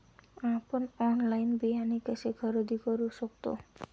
आपण ऑनलाइन बियाणे कसे खरेदी करू शकतो?